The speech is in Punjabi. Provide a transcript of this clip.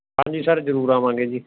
ਹਾਂਜੀ ਸਰ ਜ਼ਰੂਰ ਆਵਾਂਗੇ ਜੀ